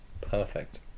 Perfect